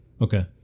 Okay